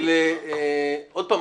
אנחנו עוד פעם,